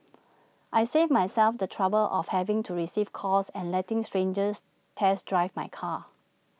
I saved myself the trouble of having to receive calls and letting strangers test drive my car